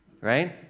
Right